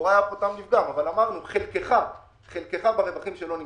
לכאורה היה כאן טעם לפגם אבל אמרנו חלקך ברווחים שלא נמשך.